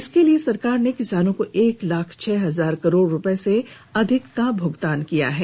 इसके लिए सरकार ने किसानों को एक लाख छह हजार करोड़ रुपये से अधिक का भुगतान किया है